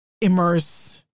immerse